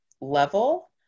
level